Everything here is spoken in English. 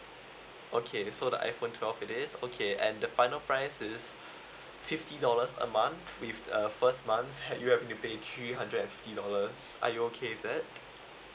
okay so the iphone twelve it is okay and the final price is fifty dollars a month with a first month you have to pay three hundred and fifty dollars are you okay with that